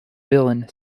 villain